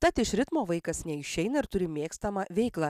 tad iš ritmo vaikas neišeina ir turi mėgstamą veiklą